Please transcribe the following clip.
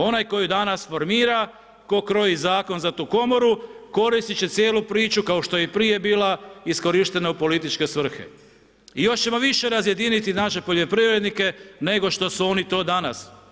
Onaj koji danas formira, tko kroji zakon za tu komoru koristit će cijelu priču kao što je i prije bila iskorištena u političke svrhe i još ćemo više razjediniti naše poljoprivrednike nego što su oni to danas.